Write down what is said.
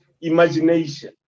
imagination